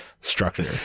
structure